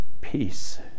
peace